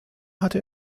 hatte